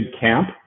camp